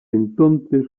entonces